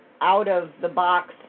out-of-the-box